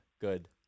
good